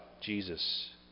Jesus